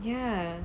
ya